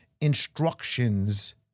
instructions